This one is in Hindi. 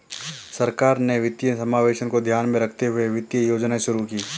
सरकार ने वित्तीय समावेशन को ध्यान में रखते हुए वित्तीय योजनाएं शुरू कीं